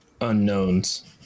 unknowns